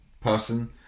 person